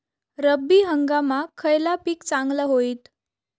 रब्बी हंगामाक खयला पीक चांगला होईत?